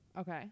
Okay